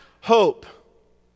hope